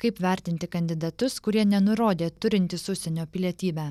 kaip vertinti kandidatus kurie nenurodė turintys užsienio pilietybę